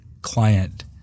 Client